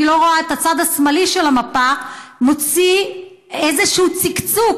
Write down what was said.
אני לא רואה את הצד השמאלי של המפה מוציא איזשהו צקצוק,